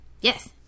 Yes